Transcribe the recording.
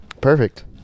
Perfect